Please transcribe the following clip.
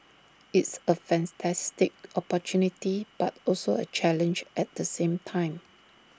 it's A fantastic opportunity but also A challenge at the same time